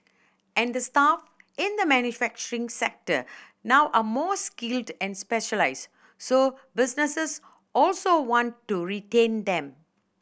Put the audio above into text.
and the staff in the manufacturing sector now are more skilled and specialised so businesses also want to retain them